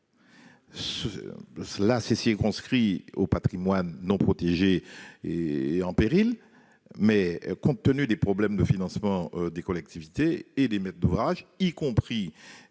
était circonscrite au patrimoine non protégé en péril, mais, compte tenu des problèmes de financement rencontrés par les collectivités et les maîtres d'ouvrage, y compris